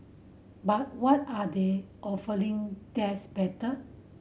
but what are they offering that's better